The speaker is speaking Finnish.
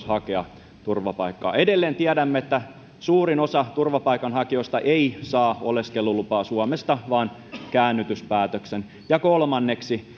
hakea turvapaikkaa edelleen tiedämme että suurin osa turvapaikanhakijoista ei saa oleskelulupaa suomesta vaan käännytyspäätöksen ja kolmanneksi